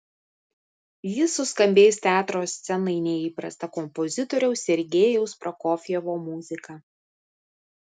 jis suskambės teatro scenai neįprasta kompozitoriaus sergejaus prokofjevo muzika